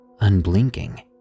unblinking